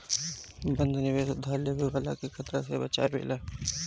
बंध निवेश उधार लेवे वाला के खतरा से बचावेला